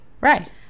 right